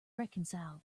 reconcile